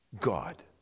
God